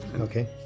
Okay